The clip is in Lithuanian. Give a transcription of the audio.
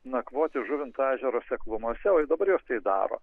nakvoti žuvinto ežero seklumose o dabar jos tai daro